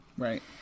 Right